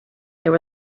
there